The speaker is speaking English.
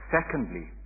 Secondly